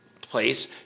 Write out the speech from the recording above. place